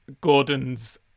Gordon's